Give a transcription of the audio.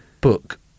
book